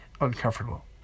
uncomfortable